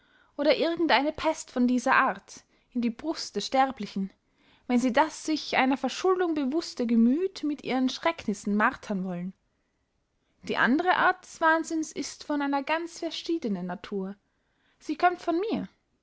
oder irgend eine pest von dieser art in die brust der sterblichen wenn sie das sich einer verschuldung bewußte gemüth mit ihren schrecknissen martern wollen die andere art des wahnsinns ist von einer ganz verschiedenen natur sie kömmt von mir